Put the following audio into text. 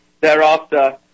thereafter